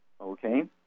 okay